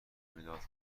مداد